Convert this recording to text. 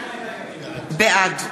בעד